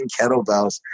kettlebells